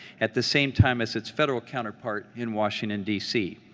at the same time as its federal counterpart in washington, d c,